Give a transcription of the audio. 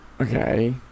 Okay